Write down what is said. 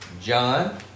John